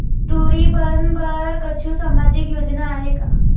टूरी बन बर कछु सामाजिक योजना आहे का?